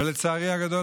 ולצערי הגדול,